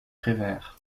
prévert